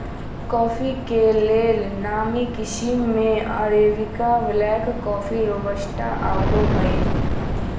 coffee के लेल नामी किशिम में अरेबिका, ब्लैक कॉफ़ी, रोबस्टा आउरो हइ